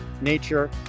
nature